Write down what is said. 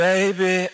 Baby